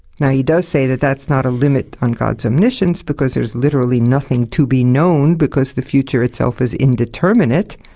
now, he does say that that's not a limit on god's omniscience, because there's literally nothing to be known, because the future itself is indeterminate,